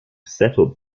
settled